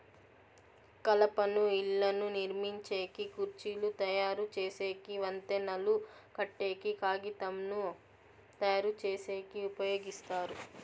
కలపను ఇళ్ళను నిర్మించేకి, కుర్చీలు తయరు చేసేకి, వంతెనలు కట్టేకి, కాగితంను తయారుచేసేకి ఉపయోగిస్తారు